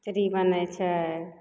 टिकड़ी बनय छै